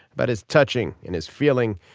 but as touching and his feeling.